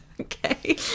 Okay